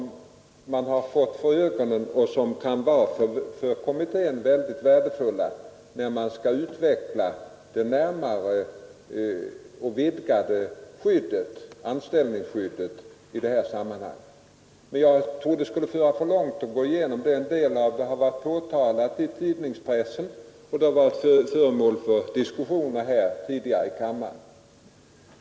Man har uppmärksamheten riktad på en rad sådana exempel, som kan vara värdefulla för kommitténs arbete på att utveckla och vidga anställningsskyddet i detta sammanhang. Men det skulle föra för långt att nu gå igenom dessa fall. De har påtalats i tidningspressen och har tidigare varit föremål för diskussioner i denna kammare.